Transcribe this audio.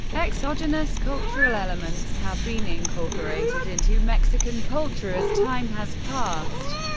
exogenous cultural elements have been incorporated into mexican culture as time has passed.